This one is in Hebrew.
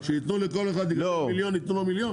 שיתנו לכל אחד שצריך מיליון יתנו לו מיליון?